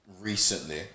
recently